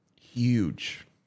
Huge